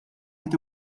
qed